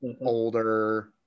older